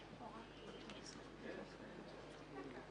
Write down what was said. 13:37)